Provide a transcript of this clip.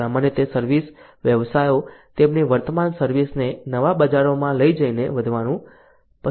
સામાન્ય રીતે સર્વિસ વ્યવસાયો તેમની વર્તમાન સર્વિસ ને નવા બજારોમાં લઈ જઈને વધવાનું પસંદ કરે છે